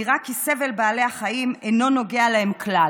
נראה כי סבל בעלי החיים אינו נוגע להם כלל.